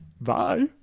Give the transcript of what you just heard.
bye